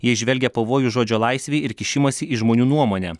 jie įžvelgia pavojų žodžio laisvei ir kišimąsi į žmonių nuomonę